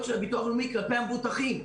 של הביטוח הלאומי כלפי המבוטחים.